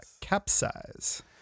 capsize